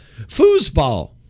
Foosball